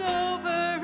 over